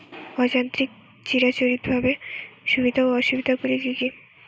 অযান্ত্রিক চিরাচরিতভাবে সুবিধা ও অসুবিধা গুলি কি কি?